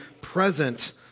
present